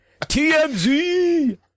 TMZ